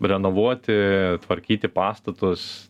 renovuoti tvarkyti pastatus